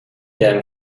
them